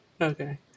Okay